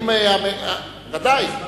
ודאי.